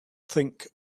think